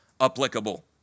applicable